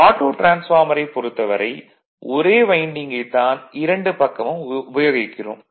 auto டிரான்ஸ்பார்மரைப் பொறுத்தவரை ஒரே வைண்டிங்கைத் தான் இரண்டு பக்கமும் உபயோகிக்கிறோம்